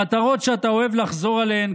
המטרות שאתה אוהב לחזור עליהן,